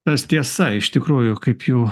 tas tiesa iš tikrųjų kaip jau